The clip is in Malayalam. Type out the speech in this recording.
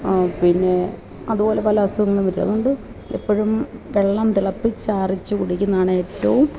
പിന്നെ അതുപോലെ പല അസുഖങ്ങൾ വരും അതുകൊണ്ട് എപ്പോഴും വെള്ളം തിളപ്പിച്ചാറിച്ചു കുടിക്കുന്നതാണേറ്റവും